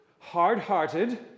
hard-hearted